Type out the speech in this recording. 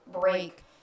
break